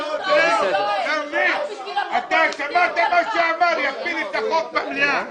הרי אני מניח שהם קיבלו שכר,